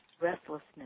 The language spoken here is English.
restlessness